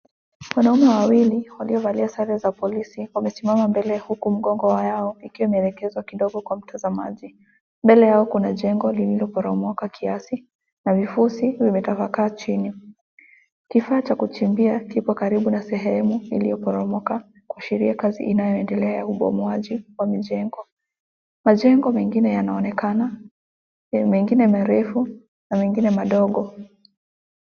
Wanaume wawili waliovalia sare za polisi wanasimama mbele huku mgongo yao ikiwa imeelekezwa kidogo kwa mtazamaji, mbele yao kuna jengo lililoboromoka kiasi na vifusi vimetapakaa chini, kifaa cha kuchimbia kiko karibu na sehemu iliyoboromoka kuashiria kazi inayoendelea ya ubomoaji wa mijengo. Majengo mengine yanaonekana, mengine marefu na mengine madogo.